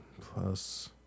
plus